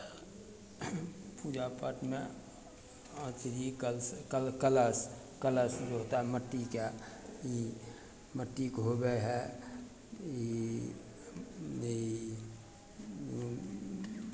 पूजा पाठमे अथि कल कल कलश कलश जो होता हइ मट्टी का ई मट्टीके होवै हइ ई ई